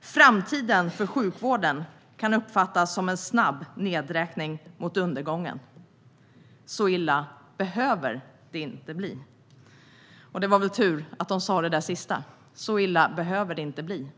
Framtiden för sjukvården kan uppfattas som en snabb nedräkning mot undergången. Så illa behöver det inte bli. Det var väl tur att de skrev det där sista: Så illa behöver det inte bli.